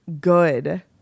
good